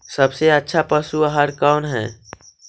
सबसे अच्छा पशु आहार कौन है?